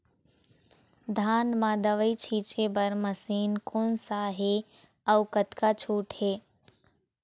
धान म दवई छींचे बर मशीन कोन सा हे अउ कतका छूट हे?